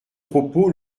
propos